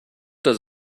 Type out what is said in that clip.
does